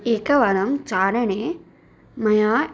एकवारं चारणे मया